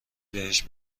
بهش